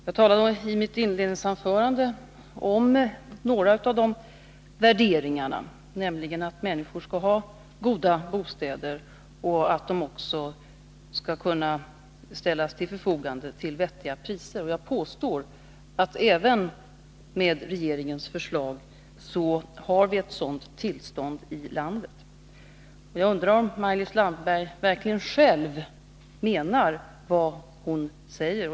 Jag tog i mitt inledningsanförande upp några av de värderingarna, nämligen att människor skall ha goda bostäder och att de också skall kunna ställas till förfogande till vettiga priser. Jag påstår att vi även med regeringens förslag har ett sådant tillstånd i landet. Jag undrar om Maj-Lis Landberg verkligen själv menar vad hon säger.